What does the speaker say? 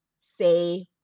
say